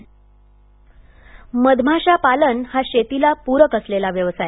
मधमाशा पालन मधमाशा पालन हा शेतीला पूरक असलेला व्यवसाय